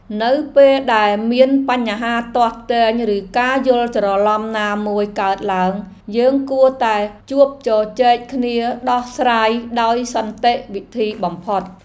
នៅពេលដែលមានបញ្ហាទាស់ទែងឬការយល់ច្រឡំណាមួយកើតឡើងយើងគួរតែជួបជជែកគ្នាដោះស្រាយដោយសន្តិវិធីបំផុត។